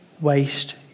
waste